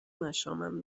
مشامم